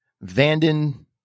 Vanden